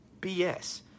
BS